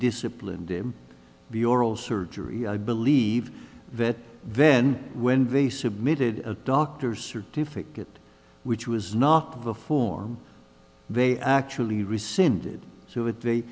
disciplined be oral surgery i believe that then when they submitted a doctor's certificate which was not the form they actually rescinded so th